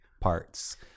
parts